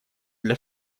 для